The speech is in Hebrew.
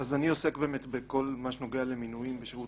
אני עוסק בכל מה שנוגע למינויים בשירות